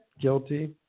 guilty